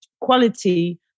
quality